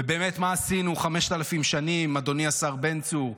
ובאמת, מה עשינו 5,000 שנים, אדוני, השר בן צור,